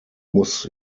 muss